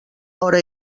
hora